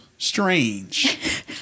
strange